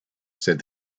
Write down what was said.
said